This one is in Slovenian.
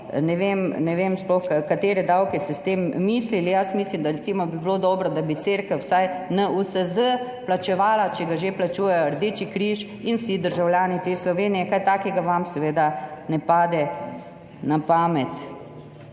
ne vem, katere davke ste sploh s tem mislili. Jaz mislim, da bi bilo recimo dobro, da bi cerkev vsaj NUSZ plačevala, če ga že plačujejo Rdeči križ in vsi državljani Slovenije, kaj takega vam seveda ne pade na pamet.